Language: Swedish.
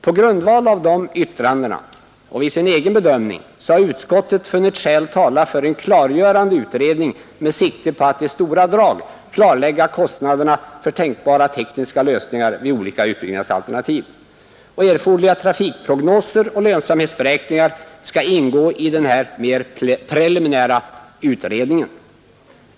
På grundval av de yttrandena och vid sin egen bedömning har utskottet funnit skäl tala för en klargörande utredning med sikte på att i stora drag klarlägga kostnaderna för tänkbara tekniska lösningar vid olika utbyggnadsalternativ. Erforderliga trafikprognoser och lönsamhetsberäkningar skall ingå i den här mer preliminära utredningen.